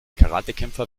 karatekämpfer